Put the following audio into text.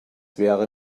wäre